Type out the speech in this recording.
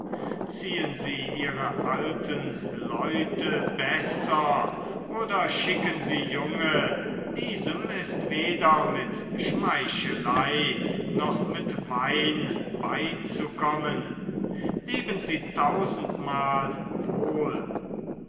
ziehen sie ihre alten leute besser oder schicken sie junge diesem ist weder mit schmeichelei noch mit wein beizukommen leben sie tausendmal wohl